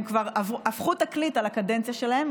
הם כבר הפכו תקליט על הקדנציה שלהם,